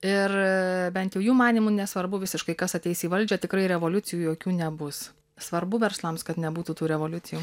ir bent jau jų manymu nesvarbu visiškai kas ateis į valdžią tikrai revoliucijų jokių nebus svarbu verslams kad nebūtų tų revoliucijų